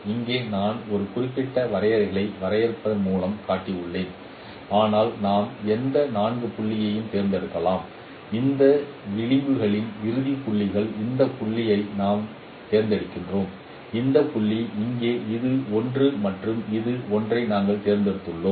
இங்கே நான் ஒரு குறிப்பிட்ட வரையறையை வரைவதன் மூலம் காட்டியுள்ளேன் ஆனால் நாம் எந்த 4 புள்ளிகளையும் தேர்ந்தெடுக்கலாம் இந்த விளிம்புகளின் இறுதிப் புள்ளிகள் இந்த புள்ளியை நாங்கள் தேர்ந்தெடுத்துள்ளோம் இந்த புள்ளி இங்கே இது ஒன்று மற்றும் இது ஒன்றை நாங்கள் தேர்ந்தெடுத்துள்ளோம்